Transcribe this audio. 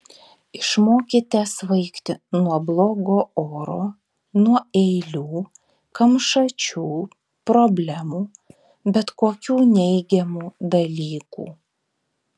išmokite svaigti nuo blogo oro nuo eilių kamšačių problemų bet kokių neigiamų dalykų